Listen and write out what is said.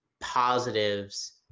positives